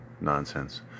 nonsense